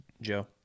Joe